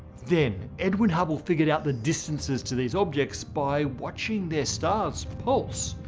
then edwin hubble figured out the distances to these objects by watching their stars pulse.